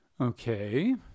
Okay